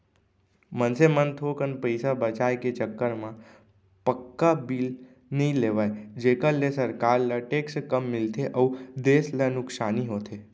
मनसे मन थोकन पइसा बचाय के चक्कर म पक्का बिल नइ लेवय जेखर ले सरकार ल टेक्स कम मिलथे अउ देस ल नुकसानी होथे